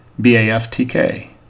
b-a-f-t-k